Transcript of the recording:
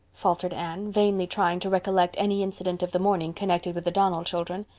faltered anne, vainly trying to recollect any incident of the morning connected with the donnell children.